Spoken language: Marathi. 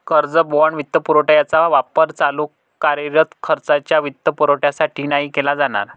कर्ज, बाँड, वित्तपुरवठा यांचा वापर चालू कार्यरत खर्चाच्या वित्तपुरवठ्यासाठी नाही केला जाणार